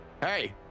Hey